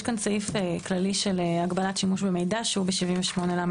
יש כאן סעיף כללי של הגבלת שימוש במידע שהוא ב-78לא(א).